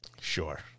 Sure